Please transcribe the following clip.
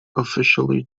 officially